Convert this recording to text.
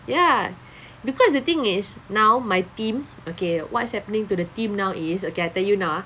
ya because the thing is now my team okay what's happening to the team now is okay I tell you now ah